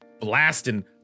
blasting